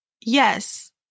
yes